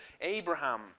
Abraham